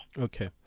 Okay